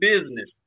business